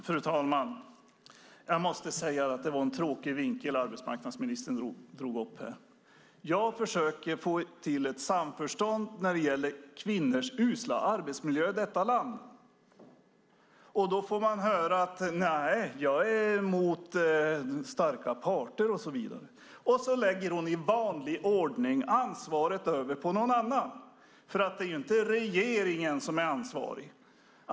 Fru talman! Det var en tråkig vinkel arbetsmarknadsministern drog upp. Jag försöker få till ett samförstånd när det gäller kvinnors usla arbetsmiljö i Sverige. Då får jag höra att jag är emot starka parter och så vidare. I vanlig ordning lägger hon över ansvaret på någon annan, för det är ju inte regeringen som är ansvarig.